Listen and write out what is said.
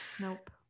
nope